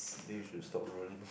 then you should stop rolling